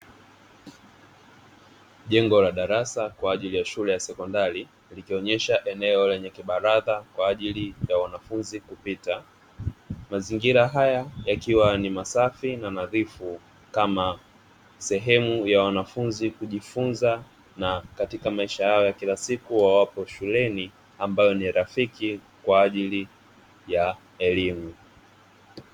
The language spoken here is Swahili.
Jengo la darasa kwa ajili ya shule ya sekondari likionyesha eneo lenye kibaraza kwa ajili ya wanafunzi kupita. Mazingira haya yakiwa ni masafi na nadhiifu kama sehemu ya wanafunzi kujifunza na katika maisha yao ya kila siku wawapo shuleni, ambayo ni rafiki kwa ajili ya elimu.